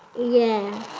yeah.